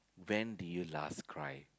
when did you last cry